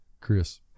Chris